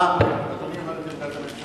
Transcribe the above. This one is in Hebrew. אדוני הביע את עמדת הממשלה?